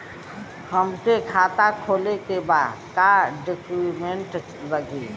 हमके खाता खोले के बा का डॉक्यूमेंट लगी?